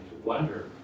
wonder